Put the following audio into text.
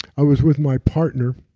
i was with my partner,